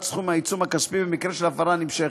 סכום העיצום הכספי במקרה של הפרה נמשכת.